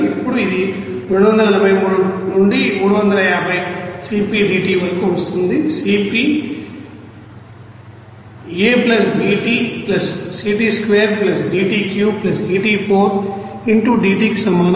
ఇప్పుడు ఇది 243 నుండి 350 CpdT వరకు వస్తుంది Cpఇంటూ dTకి సమానం